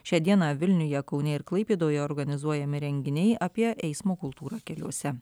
šią dieną vilniuje kaune ir klaipėdoje organizuojami renginiai apie eismo kultūrą keliuose